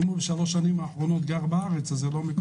אם בשלוש השנים האחרונות הוא גר בארץ אז זה לא מקום מגוריו הקבוע.